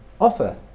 offer